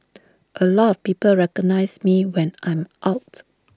A lot of people recognise me when I am out